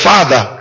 Father